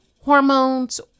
hormones